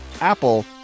Apple